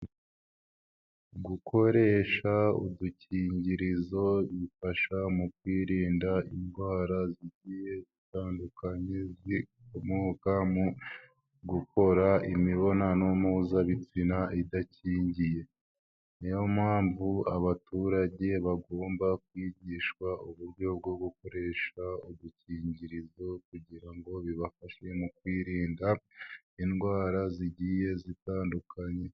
Gukoresha udukingirizo gufasha mu kwirinda indwara zitandukanye zkomoka mu gukora imibonano mpuzabitsina idakingiye, niyo mpamvu abaturage bagomba kwigishwa uburyo bwo gukoresha udukingirizo, kugira ngo bibafashe mu kwirinda indwara zigiye zitandukanye.